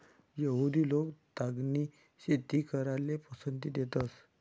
यहुदि लोक तागनी शेती कराले पसंती देतंस